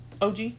OG